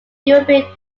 european